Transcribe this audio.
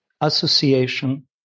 association